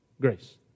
grace